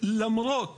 למרות